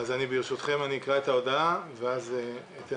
ברשותכם אקרא את ההודעה הרשמית ואחר